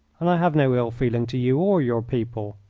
and i have no ill-feeling to you or your people.